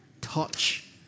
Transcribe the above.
touch